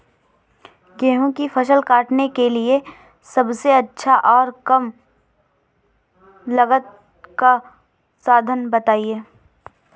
गेहूँ की फसल काटने के लिए सबसे अच्छा और कम लागत का साधन बताएं?